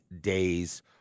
days